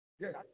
yes